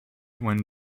when